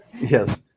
Yes